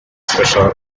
special